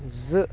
زٕ